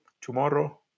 tomorrow